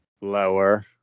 Lower